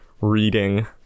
reading